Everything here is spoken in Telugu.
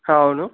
అవును